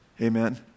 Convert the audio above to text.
Amen